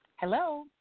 Hello